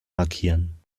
markieren